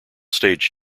stage